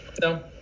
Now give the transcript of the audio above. No